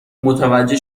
متوجه